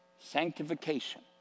Sanctification